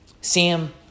Sam